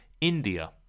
India